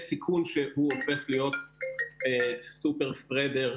סיכון שהוא הופך להיות super spreader.